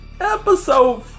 episode